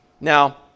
Now